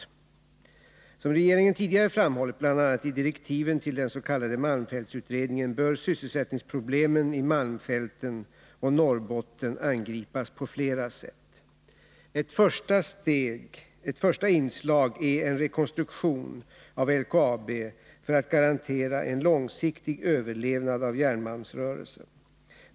Som regeringen tidigare framhållit — bl.a. i direktiven till den s.k. malmfältsutredningen — bör sysselsättningsproblemen i malmfälten och Norrbotten angripas på flera sätt. Ett första inslag är en rekonstruktion av LKAB för att garantera en långsiktig överlevnad av järnmalmsrörelsen.